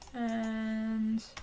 and